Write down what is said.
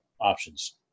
options